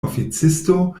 oficisto